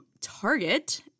Target